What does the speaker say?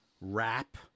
wrap